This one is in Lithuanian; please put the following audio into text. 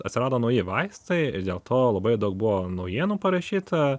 atsirado nauji vaistai dėl to labai daug buvo naujienų parašyta